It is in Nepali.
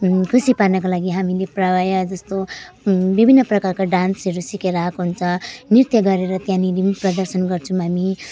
खुसी पार्नको लागि हामीले प्रायःजस्तो विभिन्न प्रकारको डान्सहरू सिकेर आएको हुन्छ नृत्य गरेर त्यहाँनिर पनि प्रदर्शन गर्छौँ हामी